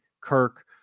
Kirk